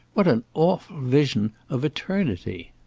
what an awful vision of eternity!